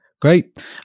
Great